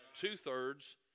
Two-thirds